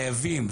חייבים.